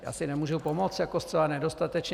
Já si nemůžu pomoct, zcela nedostatečně.